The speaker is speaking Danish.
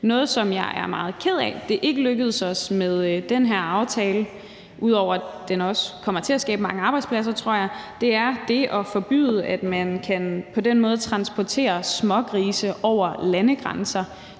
Noget, som jeg er meget ked af ikke lykkedes os med den her aftale – selv om jeg tror, den også kommer til at skabe mange arbejdspladser – er at forbyde, at man på den måde kan transportere smågrise over landegrænser.